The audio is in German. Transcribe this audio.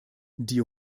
die